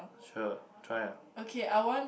sure try ah